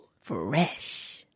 Fresh